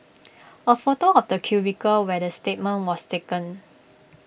A photo of the cubicle where the statement was taken